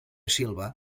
silva